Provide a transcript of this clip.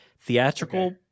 Theatrical